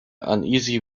uneasy